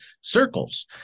circles